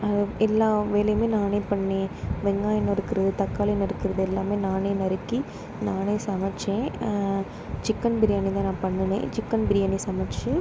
அது எல்லாம் வேலையுமே நானே பண்ணுணேன் வெங்காயம் நறுக்கிறது தக்காளி நறுக்கிறது எல்லாமே நானே நறுக்கி நானே சமைத்தேன் சிக்கன் பிரியாணி தான் நான் பண்ணுணேன் சிக்கன் பிரியாணி சமைத்து